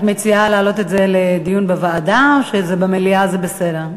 את מציעה להעלות את זה לדיון בוועדה או שבמליאה זה בסדר?